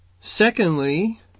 Secondly